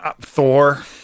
Thor